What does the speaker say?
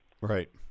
Right